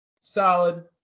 Solid